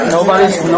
Nobody's